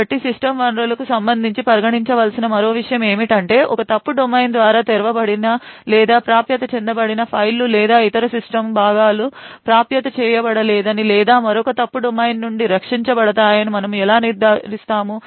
కాబట్టి సిస్టమ్ వనరులకు సంబంధించి పరిగణించవలసిన మరో విషయం ఏమిటంటే ఒక ఫాల్ట్ డొమైన్ ద్వారా తెరవబడిన లేదా ప్రాప్యత చేయబడిన ఫైళ్ళు లేదా ఇతర సిస్టమ్ భాగాలు ప్రాప్యత చేయబడలేదని లేదా మరొక తప్పు డొమైను నుండి రక్షించబడతాయని మనము ఎలా నిర్ధారిస్తాము